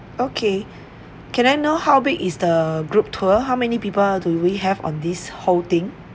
okay can I know how big is the group tour how many people do we have on this whole thing